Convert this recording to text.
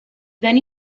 then